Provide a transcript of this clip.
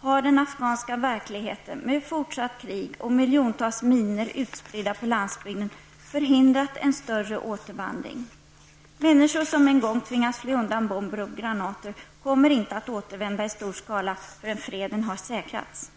har den afghanska verkligheten, med fortsatt krig och miljontals minor utspridda på landsbygden, förhindrat en större återvandring. Människor som en gång tvingats fly undan bomber och granater kommer inte att återvända i stor skala förrän freden har säkrats.